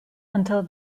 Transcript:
until